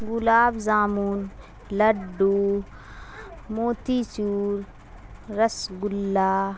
گلاب jamun laddoo motichoor رس گلا